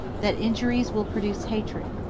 that injuries will produce hatred,